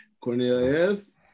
Cornelius